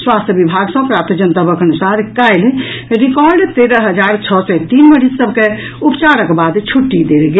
स्वास्थ्य विभाग सँ प्राप्त जनतबक अनुसार काल्हि रिकॉर्ड तेरह हजार छओ सय तीन मरीज सभ के उपचारक बाद छुट्टी देल गेल